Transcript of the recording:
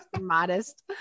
modest